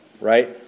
right